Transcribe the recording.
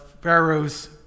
pharaoh's